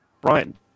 Brian